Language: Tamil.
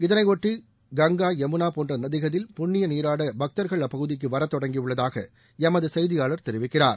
இதனையொட்டி கங்கா யமுனா போன்ற நதிகளில் புண்ணிய நீராட பக்தர்கள் அப்பகுதிக்கு வரத் தொடங்கியுள்ளதாக எமது செய்தியாளர் தெரிவிக்கிறார்